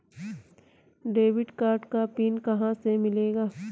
Debit card का PIN कहां से मिलेगा?